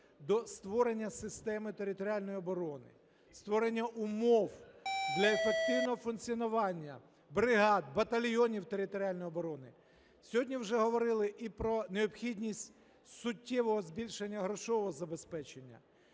до створення системи територіальної оборони, створення умов для ефективного функціонування бригад, батальйонів територіальної оборони. Сьогодні вже говорили і про необхідність суттєвого збільшення грошового забезпечення,